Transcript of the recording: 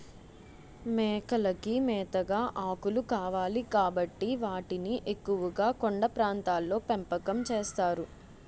మేకలకి మేతగా ఆకులు కావాలి కాబట్టి వాటిని ఎక్కువుగా కొండ ప్రాంతాల్లో పెంపకం చేస్తారు